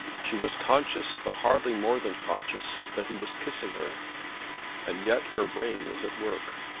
she was conscious but hardly more than conscious that he was kissing her and yet her brain was at work.